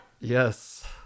Yes